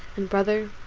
and brother,